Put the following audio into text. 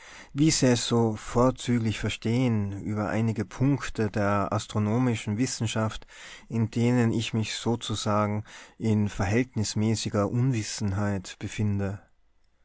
wie sie es so vorzüglich verstehen über einige punkte der asternomischen wissenschaft in denen ich mich noch sozusagen in verhältnismäßiger unwissenheit befinde